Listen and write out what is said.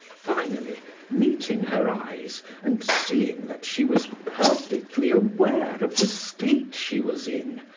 finally meeting her eyes and seeing that she was perfectly aware of the state she was in,